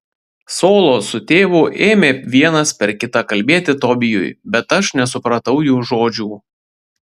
solo su tėvu ėmė vienas per kitą kalbėti tobijui bet aš nesupratau jų žodžių